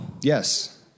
Yes